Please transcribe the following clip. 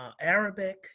Arabic